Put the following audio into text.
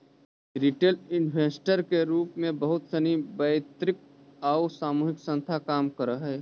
retail investor के रूप में बहुत सनी वैयक्तिक आउ सामूहिक संस्था काम करऽ हइ